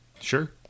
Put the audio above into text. sure